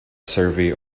survey